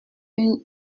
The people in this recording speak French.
une